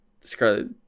Scarlet